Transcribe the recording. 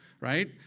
Right